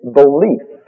belief